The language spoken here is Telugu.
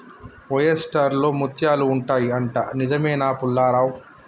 ఓయెస్టర్ లో ముత్యాలు ఉంటాయి అంట, నిజమేనా పుల్లారావ్